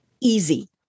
easy